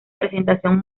presentación